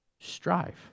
Strive